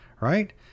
Right